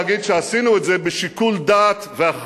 אני רוצה להגיד שעשינו את זה בשיקול דעת ובאחריות,